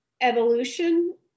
evolution